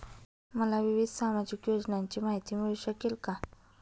मला विविध सामाजिक योजनांची माहिती मिळू शकेल का?